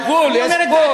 יש גבול לחוצפה.